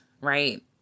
right